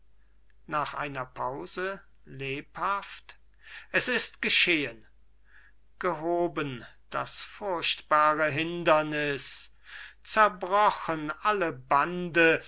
nach einer pause lebhaft es ist geschehen gehoben das furchtbare hinderniß zerbrochen alle bande